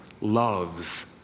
loves